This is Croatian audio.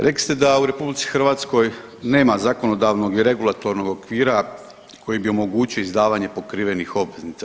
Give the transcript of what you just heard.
Rekli ste da u RH nema zakonodavnog i regulatornog okvira koji bi omogućio izdavanje pokriven obveznica.